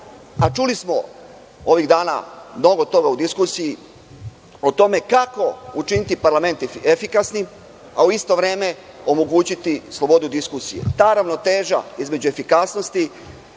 a čuli smo ovih dana mnogo toga u diskusiji o tome kako učiniti parlament efikasnim, a u isto vreme omogućiti slobodu diskusije. Ta ravnoteža između efikasnosti